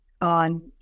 on